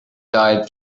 died